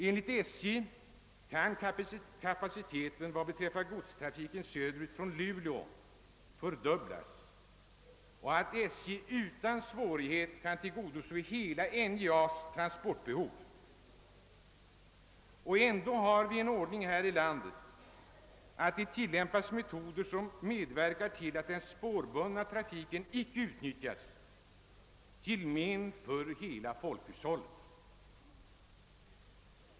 Enligt SJ kan kapaciteten vad beträffar godstrafiken söderut från Luleå fördubblas och SJ kan utan svårighet tillgodose hela NJA :s transportbehov. ändå har vi en ordning här i landet, som innebär, att det tillämpas metoder som medverkar till att den spårbundna trafiken inte utnyttjas, vilket är till men för hela folkhushållet.